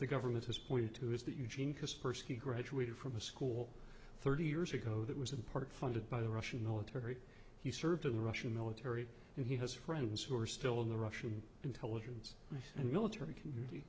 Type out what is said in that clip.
the government has pointed to is that eugene kaspersky graduated from a school thirty years ago that was in part funded by the russian military he served in the russian military and he has friends who are still in the russian intelligence and military community